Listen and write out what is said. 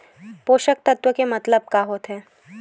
पोषक तत्व के मतलब का होथे?